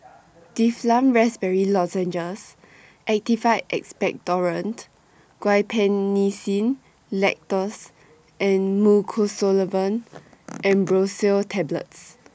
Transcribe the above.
Difflam Raspberry Lozenges Actified Expectorant Guaiphenesin Linctus and Mucosolvan Ambroxol Tablets